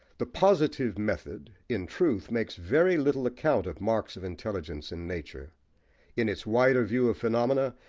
the positive method, in truth, makes very little account of marks of intelligence in nature in its wider view of phenomena,